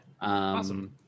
Awesome